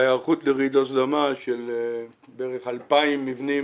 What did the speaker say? בהיערכות לרעידות אדמה של בערך 2,000 מבנים